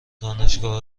دانشگاه